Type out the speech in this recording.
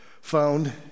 found